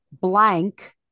blank